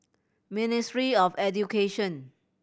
Ministry of Education